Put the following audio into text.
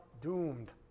doomed